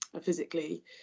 physically